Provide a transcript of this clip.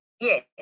Yes